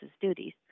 duties